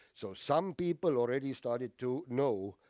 so some people already started to know